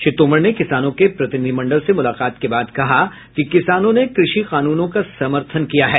श्री तोमर ने किसानों के प्रतिनिधिमंडल से मुलाकात के बाद कहा कि किसानों ने कृषि कानूनों का समर्थन दिया है